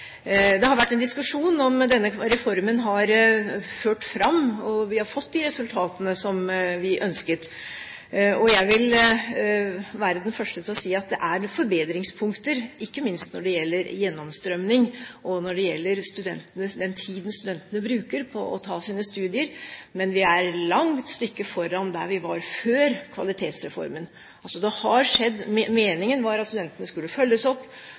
Det har vært en diskusjon om denne reformen har ført fram, og om vi har fått de resultatene som vi ønsket. Jeg vil være den første til å si at det er forbedringspunkter ikke minst når det gjelder gjennomstrømming, og når det gjelder den tiden studentene bruker på å ta sine studier. Men vi er et langt stykke foran der vi var før Kvalitetsreformen – altså, det har skjedd noe. Meningen var at studentene skulle følges opp